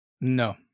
No